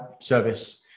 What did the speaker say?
service